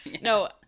No